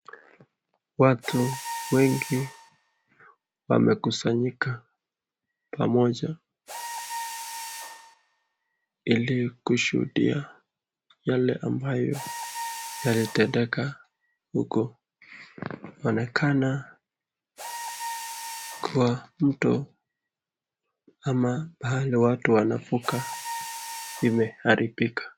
Watu wengi wamekusanyika pamoja ili kushuhudia yale ambayo yalitendeka huko. Inaonekana mto ama pahali watu wanavuka imeharibika